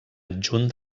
adjunt